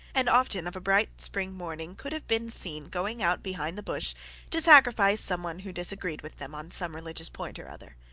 and often of a bright spring morning could have been seen going out behind the bush to sacrifice some one who disagreed with them on some religious point or other.